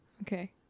Okay